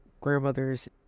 grandmother's